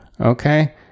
Okay